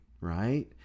right